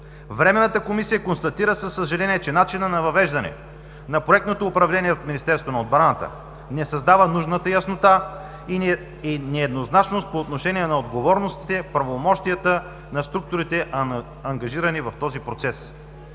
Временната комисия констатира със съжаление, че начинът на въвеждане на проектното управление в Министерството на отбраната не създава нужната яснота и нееднозначност по отношение на отговорностите и правомощията на структурите, ангажирани в този процес.